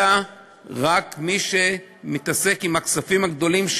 אלא רק מי שמתעסק עם הכספים הגדולים,